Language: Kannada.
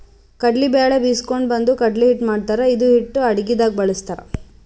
ಕಡ್ಲಿ ಬ್ಯಾಳಿ ಬೀಸ್ಕೊಂಡು ಬಂದು ಕಡ್ಲಿ ಹಿಟ್ಟ್ ಮಾಡ್ತಾರ್ ಇದು ಹಿಟ್ಟ್ ಅಡಗಿದಾಗ್ ಬಳಸ್ತಾರ್